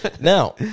Now